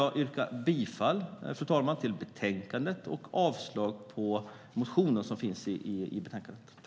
Jag yrkar bifall till förslaget i betänkandet och avslag på motionerna i betänkandet.